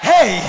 Hey